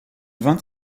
vingt